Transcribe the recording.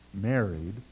married